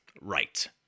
right